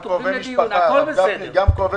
גפני, גם קרובי